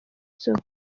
soko